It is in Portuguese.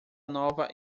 nova